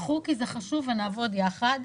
קחו כי זה חשוב ונעבוד יחד,